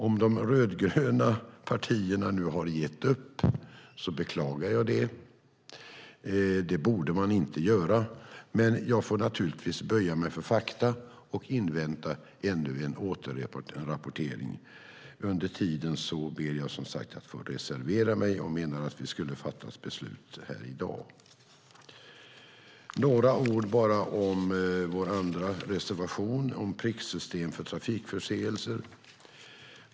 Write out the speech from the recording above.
Om de rödgröna partierna nu har gett upp beklagar jag det. Det borde man inte göra, men jag får naturligtvis böja mig för fakta och invänta ännu en återrapportering. Under tiden ber jag som sagt att få reservera mig och menar att vi skulle ha fattat beslut här i dag. Några ord bara om vår andra reservation, om pricksystem för trafikförseelser.